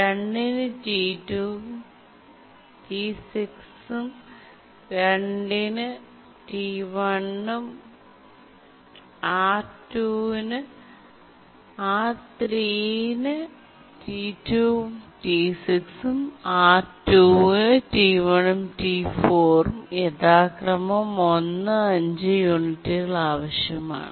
R3 ന് T2 ഉം T6 ഉം R2 ന് T1 ഉം T4 ഉം യഥാക്രമം 1 5 യൂണിറ്റുകൾ ആവശ്യമാണ്